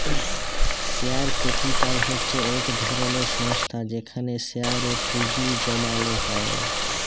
share capital হছে ইক ধরলের সংস্থা যেখালে শেয়ারে পুঁজি জ্যমালো হ্যয়